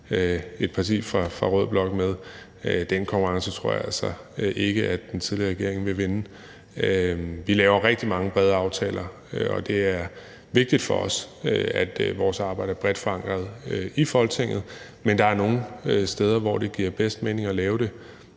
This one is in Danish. et parti fra rød blok med. Den konkurrence tror jeg altså ikke at den tidligere regering vil vinde. Vi laver rigtig mange brede aftaler, og det er vigtigt for os, at vores arbejde er bredt forankret i Folketinget, men der er nogle steder, hvor det giver bedst mening at lave det